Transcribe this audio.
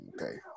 Okay